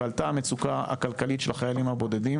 עלתה המצוקה הכלכלית של החיילים הבודדים,